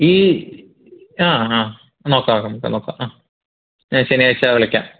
ഈ ആ ആ നോക്കാം നമുക്ക് നോക്കാം ആ ഞാൻ ശനിയാഴ്ച് വിളിക്കാം